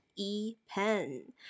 e-pen